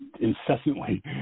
incessantly